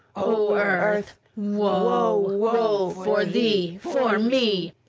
o earth, woe for thee, for me!